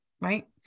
right